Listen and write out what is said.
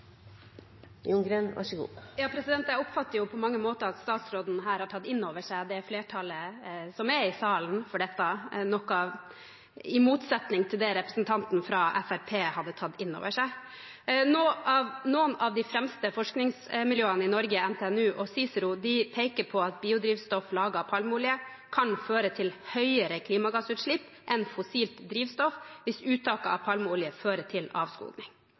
Jeg oppfatter på mange måter at statsråden her har tatt inn over seg det flertallet som er i salen for dette, i motsetning til det representanten fra Fremskrittspartiet har gjort. Noen av de fremste forskningsmiljøene i Norge, NTNU og CICERO, peker på at biodrivstoff laget av palmeolje kan føre til høyere klimagassutslipp enn fossilt drivstoff hvis uttaket av palmeolje fører til